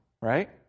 right